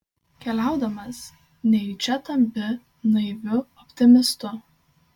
keliaudamas nejučia tampi naiviu optimistu